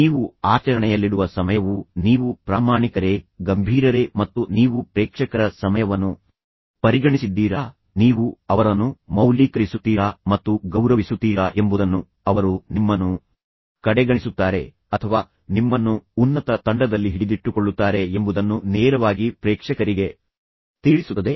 ನೀವು ಆಚರಣೆಯಲ್ಲಿಡುವ ಸಮಯವು ನೀವು ಪ್ರಾಮಾಣಿಕರೇ ಗಂಭೀರರೇ ಮತ್ತು ನೀವು ಪ್ರೇಕ್ಷಕರ ಸಮಯವನ್ನು ಪರಿಗಣಿಸಿದ್ದೀರಾ ನೀವು ಅವರನ್ನು ಮೌಲ್ಯೀಕರಿಸುತ್ತೀರಾ ಮತ್ತು ಗೌರವಿಸುತ್ತೀರಾ ಎಂಬುದನ್ನು ಅವರು ನಿಮ್ಮನ್ನು ಕಡೆಗಣಿಸುತ್ತಾರೆ ಅಥವಾ ನಿಮ್ಮನ್ನು ಉನ್ನತ ತಂಡದಲ್ಲಿ ಹಿಡಿದಿಟ್ಟುಕೊಳ್ಳುತ್ತಾರೆ ಎಂಬುದನ್ನು ನೇರವಾಗಿ ಪ್ರೇಕ್ಷಕರಿಗೆ ತಿಳಿಸುತ್ತದೆ